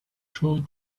through